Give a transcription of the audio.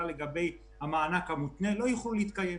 לגבי המענק המותנה לא יוכלו להתקיים.